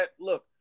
look